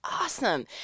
awesome